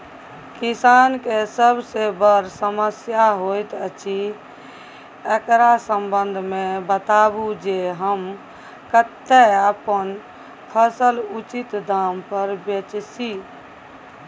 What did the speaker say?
किसान के सबसे बर समस्या होयत अछि, एकरा संबंध मे बताबू जे हम कत्ते अपन फसल उचित दाम पर बेच सी?